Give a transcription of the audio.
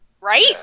Right